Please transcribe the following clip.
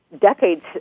decades